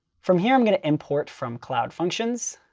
from here, i'm going to import from cloud functions.